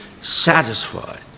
satisfied